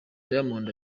diamond